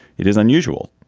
it is unusual.